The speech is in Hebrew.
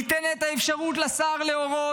ניתנת האפשרות לשר להורות,